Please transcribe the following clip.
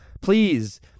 please